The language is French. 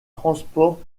transports